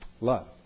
Love